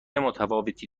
متفاوتی